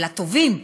ולטובים,